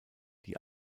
die